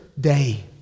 Day